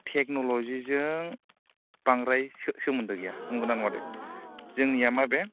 टेक्नलजिजों बांद्राय सोमोन्दो गैया नोंगौ ना नङा दे जोंनिया मा बे